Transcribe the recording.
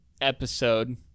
episode